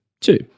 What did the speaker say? two